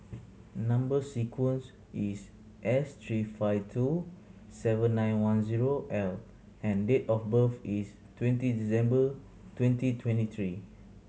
number sequence is S three five two seven nine one zero L and date of birth is twenty December twenty twenty three